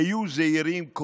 היו זהירים,